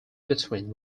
between